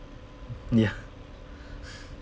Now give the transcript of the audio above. ya